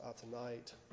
tonight